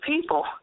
people